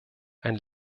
ein